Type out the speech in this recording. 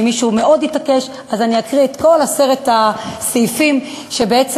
ואם מישהו מאוד יתעקש אז אקריא את כל עשרת הסעיפים שבעצם